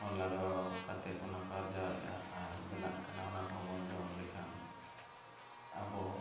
ᱦᱚᱸ ᱞᱟᱜᱟᱣ ᱠᱟᱛᱮᱫ ᱚᱱᱟ ᱠᱚ ᱟᱨᱡᱟᱣᱮᱫᱼᱟ ᱟᱨ ᱵᱮᱱᱟᱜ ᱠᱟᱱᱟ ᱚᱱᱟ ᱠᱚᱦᱚᱸ ᱵᱚᱱ ᱡᱚᱢ ᱞᱮᱠᱷᱟᱱ ᱟᱵᱚ